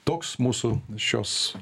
toks mūsų šios